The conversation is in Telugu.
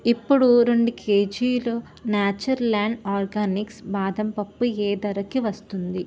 ఇప్పుడు రెండు కేజీలు నేచర్ ల్యాండ్ ఆర్గానిక్స్ బాదం పప్పు ఏ ధరకి వస్తుంది